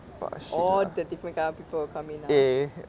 all the different kind of people will come in